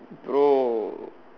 bro